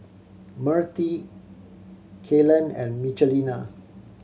Myrtie Kaylen and Michelina